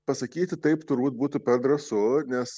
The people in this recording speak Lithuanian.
pasakyti taip turbūt būtų per drąsu nes